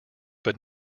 but